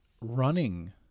Running